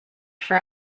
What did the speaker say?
for